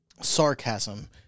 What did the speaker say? sarcasm